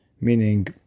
meaning